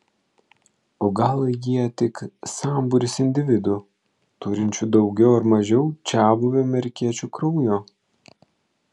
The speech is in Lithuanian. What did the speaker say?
o gal jie tik sambūris individų turinčių daugiau ar mažiau čiabuvių amerikiečių kraujo